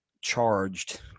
charged